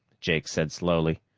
jake said slowly.